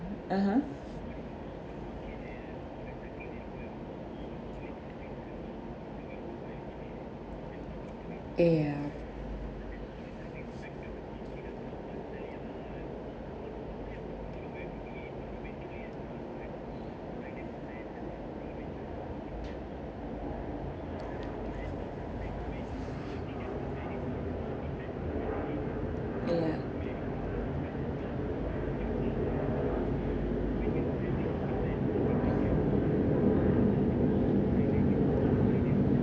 (uh huh) ya ya ya